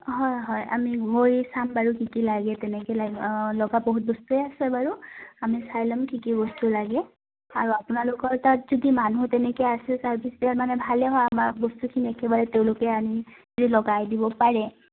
হয় হয় আমি গৈ চাম বাৰু কি কি লাগে তেনেকে লাগ লগা বহুত বস্তুৱেই আছে বাৰু আমি চাই ল'ম কি কি বস্তু লাগে আৰু আপোনালোকৰ তাত যদি মানুহ তেনেকে আছে ছাৰ্ভিচ দিয়া মানে ভালে হয় আমাৰ বস্তুখিনি একেবাৰে তেওঁলোকে আনি যদি লগাই দিব পাৰে